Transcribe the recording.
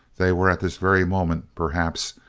they were at this very moment, perhaps,